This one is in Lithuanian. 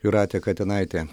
jūratė katinaitė